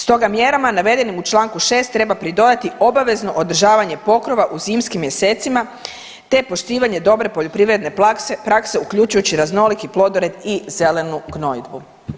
Stoga mjerama navedenim u čl. 6. treba pridodati obavezano održavanje pokrova u zimskim mjesecima te poštivanje dobre poljoprivredne prakse uključujući raznoliki plodored i zelenu gnojidbu.